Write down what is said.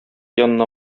янына